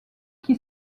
qui